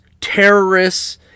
terrorists